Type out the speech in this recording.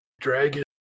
dragon